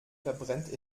verbrennt